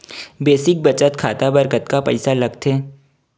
Basic बचत खाता बर कतका पईसा लगथे?